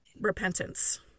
repentance